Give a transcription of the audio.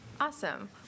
Awesome